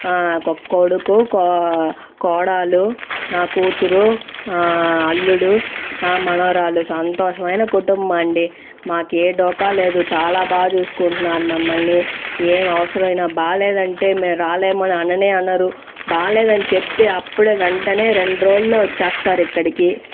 ఒక కొడుకు కొ కోడలు నా కుతూరు అల్లుడు నా మనవరాలు సంతోషమైన కుటుంబం అండి మాకే డోకా లేదు చాలా బాగా చూసుకుంటున్నారు మమ్మల్ని ఏ అవసరమైన బాగాలేదంటే మేం రాలేం అని అననే అనరు బాగాలేదని చెప్తే అప్పడే వెంటనే రెండ్రోజుల్లో వచ్చేస్తారు ఇక్కడికి